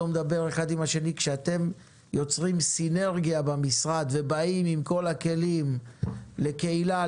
- כשאתם יוצרים סינרגיה במשרד ובאים עם כל הכלים לקהילה,